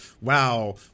wow